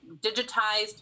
digitized